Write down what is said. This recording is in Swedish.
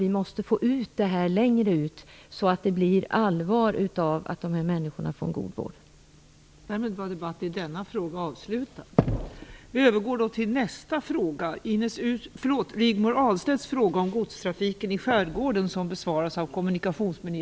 Vi måste alltså nå längre ut, så att det blir allvar av talet om att de människor som det här är fråga om får en god vård.